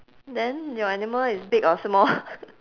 then your animal is big or small